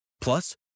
Plus